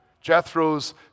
Jethro's